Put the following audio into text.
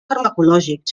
farmacològic